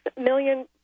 million